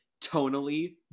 tonally